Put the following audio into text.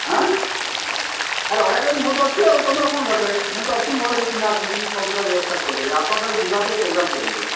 ଆଁ ରହିବା ପାଇଁ ମୁଁ ତ ଅଛି ଆଉ ତୁମର କ'ଣ ଦରକାର ମୁଁ ତ ଅଛି ମୋର ସେ ଚିହ୍ନା ଅଛନ୍ତି ମୁଁ ସବୁ ପ୍ରକାର ବ୍ୟବସ୍ଥା କରିଦେବି ଆପଣ ଖାଲି ଯିବା ପାଇଁ ପ୍ରୋଗ୍ରାମ୍ କରନ୍ତୁ